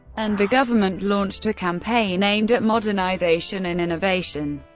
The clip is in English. and the government launched a campaign aimed at modernization and innovation.